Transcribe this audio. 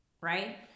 right